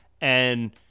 and-